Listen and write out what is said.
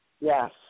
Yes